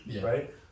right